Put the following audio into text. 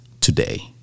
today